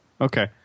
Okay